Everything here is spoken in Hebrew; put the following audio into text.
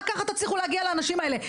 רק ככה תצליחו להגיע לאנשים האלה.